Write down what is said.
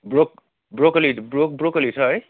broke broccoli broc broccoli छ है